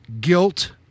guilt